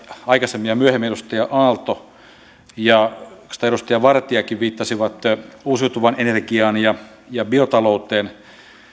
aikaisemmin ja myöhemmin edustaja aalto ja oikeastaan edustaja vartiakin viittasivat uusiutuvaan energiaan ja ja biotalouteen